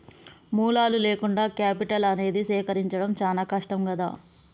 మూలాలు లేకుండా కేపిటల్ అనేది సేకరించడం చానా కష్టం గదా